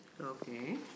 Okay